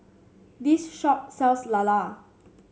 this shop sells lala